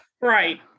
Right